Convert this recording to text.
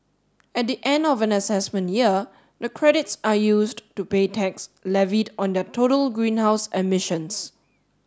at the end of an assessment year the credits are used to pay tax levied on their total greenhouse emissions